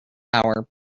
power